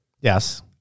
Yes